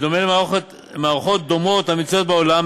בדומה למערכות דומות המצויות בעולם,